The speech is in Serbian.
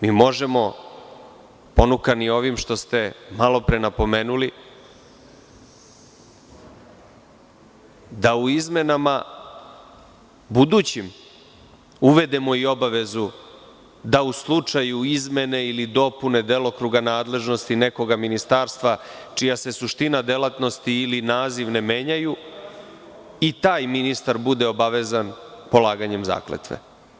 Mi možemo, ponukani ovim što ste malopre napomenuli, da u budućim izmenama uvedemo i obavezu da u slučaju izmene ili dopune delokruga nadležnosti nekoga ministarstva čija se suština delatnosti ili naziv ne menjaju i taj ministar bude obavezan polaganjem zakletve.